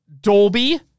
Dolby